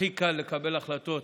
הכי קל לקבל החלטות